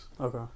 Okay